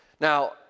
Now